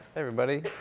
everybody.